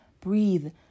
breathe